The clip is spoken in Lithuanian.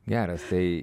geras tai